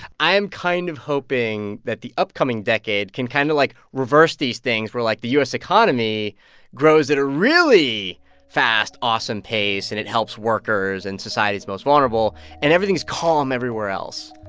i'm kind of hoping that the upcoming decade can kind of, like, reverse these things where, like, the u s. economy grows at a really fast, awesome pace, and it helps workers in society's most vulnerable, and everything is calm everywhere else